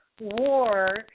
war